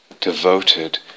devoted